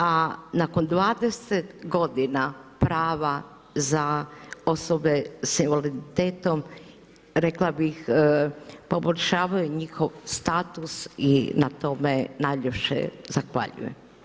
A nakon 20 godina prava za osobe sa invaliditetom, rekla bih poboljšavaju njihov status i na tome najljepše zahvaljujem.